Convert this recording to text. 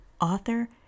author